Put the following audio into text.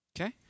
Okay